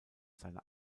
seiner